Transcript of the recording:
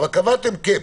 אבל קבעתם קאפ,